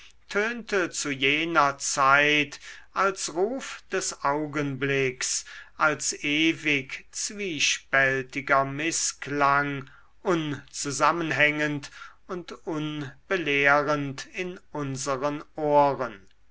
tönte zu jener zeit als ruf des augenblicks als ewig zwiespältiger mißklang unzusammenhängend und unbelehrend in unseren ohren